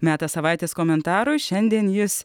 metas savaitės komentarui šiandien jis